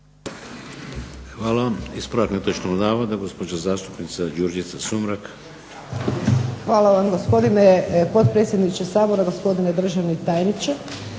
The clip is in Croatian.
Hvala. Ispravak netočnog navoda, gospođa zastupnica Đurđica Sumrak. **Sumrak, Đurđica (HDZ)** Hvala vam, gospodine potpredsjedniče Sabora. Gospodine državni tajniče.